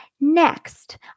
Next